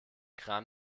kran